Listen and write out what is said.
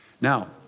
Now